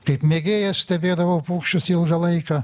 kaip mėgėjas stebėdavau paukščius ilgą laiką